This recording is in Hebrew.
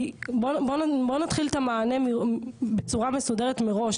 כי בוא נתחיל את המענה בצורה מסודרת מראש,